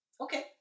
Okay